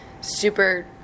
super